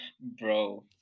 bro